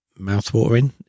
mouthwatering